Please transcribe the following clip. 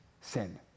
sin